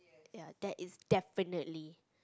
ya that is definitely